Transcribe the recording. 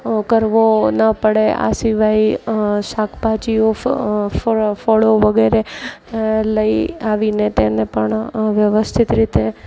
કરવો ના પડે આ સિવાય શાકભાજીઓ ફળો વગેરે લઈ આવીને તેને પણ વ્યવસ્થિત રીતે